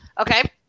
Okay